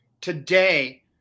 Today